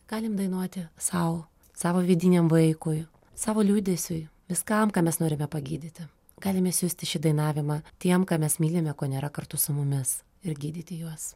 galim dainuoti sau savo vidiniam vaikui savo liūdesiui viskam ką mes norime pagydyti galime siųsti šį dainavimą tiem ką mes mylime ko nėra kartu su mumis ir gydyti juos